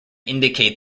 indicate